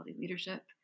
Leadership